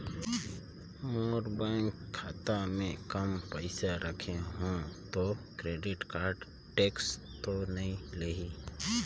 मोर bank खाता मे काम पइसा रखे हो तो क्रेडिट कारड टेक्स तो नइ लाही???